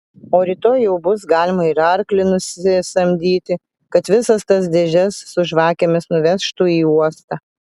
o rytoj jau bus galima ir arklį nusisamdyti kad visas tas dėžes su žvakėmis nuvežtų į uostą